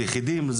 יחידים,